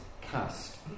cast